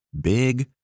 Big